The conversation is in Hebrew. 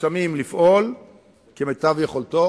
מצומצמים לפעול כמיטב יכולתו.